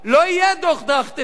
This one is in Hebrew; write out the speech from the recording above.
לא יהיה דוח-טרכטנברג.